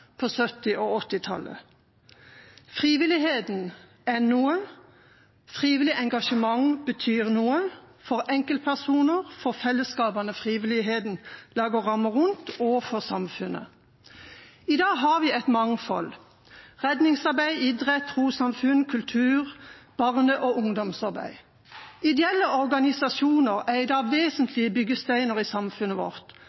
på 1970- og 1980-tallet. Frivilligheten er noe. Frivillig engasjement betyr noe for enkeltpersoner, for fellesskapene frivilligheten lager rammer rundt, og for samfunnet. I dag har vi et mangfold: redningsarbeid, idrett, trossamfunn, kultur og barne- og ungdomsarbeid. Ideelle organisasjoner er